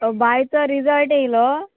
बायचो result येयलो